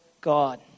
God